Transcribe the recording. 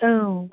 औ